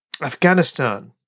Afghanistan